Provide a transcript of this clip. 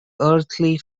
earthly